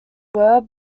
word